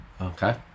Okay